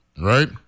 Right